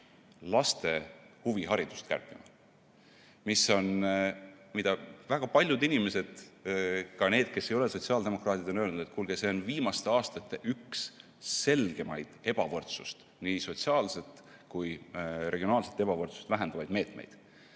laste huviharidust kärpima. Väga paljud inimesed, ka need, kes ei ole sotsiaaldemokraadid, on öelnud, et kuulge, see [toetus] oli viimaste aastate üks selgemaid ebavõrdsust, nii sotsiaalset kui ka regionaalset ebavõrdsust vähendavaid meetmeid.